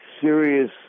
serious